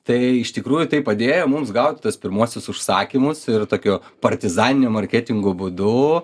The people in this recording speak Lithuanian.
tai iš tikrųjų tai padėjo mums gauti tuos pirmuosius užsakymus ir tokiu partizaninio marketingo būdu